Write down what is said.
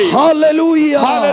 hallelujah